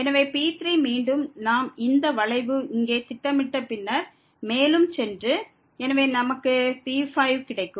எனவே P3 ஐ மீண்டும் நாம் இந்த வளைவுடன் இங்கே பிளாட் செய்த பின்னர் மேலும் முன்னேறிச் சென்றால் நமக்கு P5 கிடைக்கும்